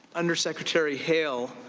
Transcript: under secretary hale,